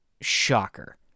Shocker